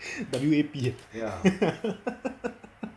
W_A_P ah